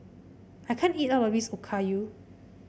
I can't eat all of this Okayu